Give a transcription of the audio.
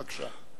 בבקשה.